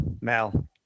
Mal